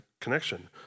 connection